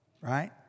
Right